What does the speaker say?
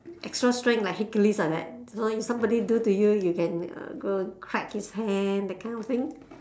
extra strength like hercules like that so if somebody do to you you can uh go crack his hand that kind of thing